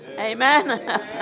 amen